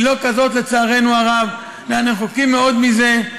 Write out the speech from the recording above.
היא לא כזו, לצערנו הרב, ואנחנו רחוקים מאוד מזה.